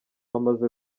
amaze